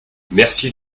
merci